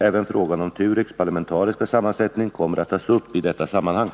Även frågan om TUREK:s parlamentariska sammansättning kommer att tas upp i detta sammanhang.